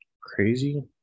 crazy